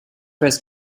weiß